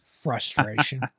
frustration